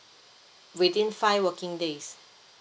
within five working days